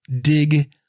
dig